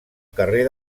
carrer